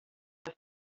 her